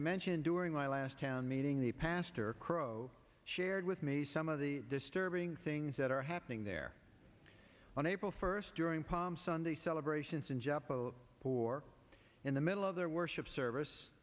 i mentioned during my last town meeting the pastor crow shared with me some of the disturbing things that are happening there on april first during palm sunday celebrations in jeopardy for in the middle of their worship service